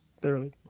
thoroughly